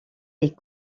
est